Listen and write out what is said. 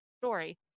story